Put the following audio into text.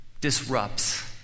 disrupts